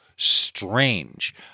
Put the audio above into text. strange